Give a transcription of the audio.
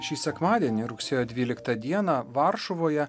šį sekmadienį rugsėjo dvyliktą dieną varšuvoje